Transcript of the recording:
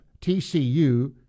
TCU